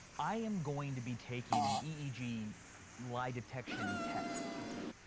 i am going to be taking an eeg lie detection test. okay.